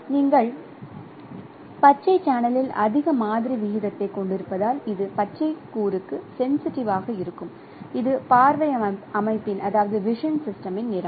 நீங்கள் பச்சை சேனலில் அதிக மாதிரி விகிதத்தைக் கொண்டிருப்பதால்இது பச்சைக் கூறுக்கு சென்சிடிவ் வாக இருக்கும் இது பார்வை அமைப்பின் நிறம்